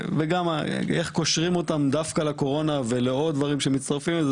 איך קושרים אותם דווקא לקורונה ולעוד דברים שמצטרפים לזה,